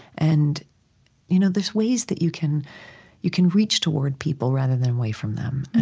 and you know there's ways that you can you can reach toward people, rather than away from them.